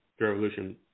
Revolution